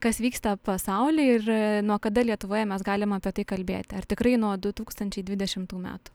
kas vyksta pasauly ir nuo kada lietuvoje mes galim apie tai kalbėti ar tikrai nuo du tūkstančiai dvidešimtų metų